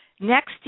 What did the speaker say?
Next